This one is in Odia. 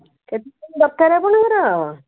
କେତେଦିନ ଦରକାର ଆପଣଙ୍କର